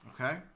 Okay